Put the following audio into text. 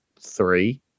three